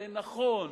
זה נכון,